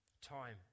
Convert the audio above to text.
time